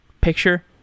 picture